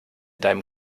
deinem